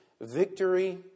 victory